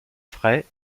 frais